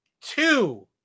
Two